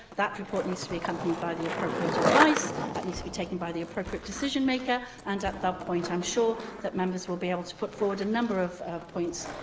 that report needs to be accompanied by the appropriate advice. that needs to be taken by the appropriate decision maker, and, at that point, i'm sure that members will be able to put forward a number of of points.